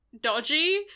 dodgy